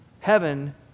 Heaven